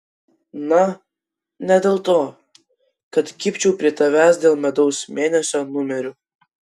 na ne dėl to kad kibčiau prie tavęs dėl medaus mėnesio numerių